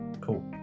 Cool